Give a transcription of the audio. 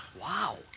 Wow